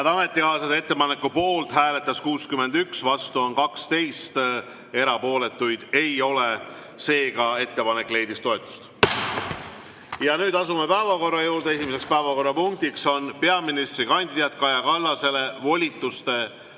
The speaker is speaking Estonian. ametikaaslased, ettepaneku poolt hääletas 61, vastu 12, erapooletuid ei ole. Ettepanek leidis toetust. Ja nüüd asume päevakorra juurde. Esimeseks päevakorrapunktiks on peaministrikandidaat Kaja Kallasele valitsuse